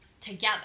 together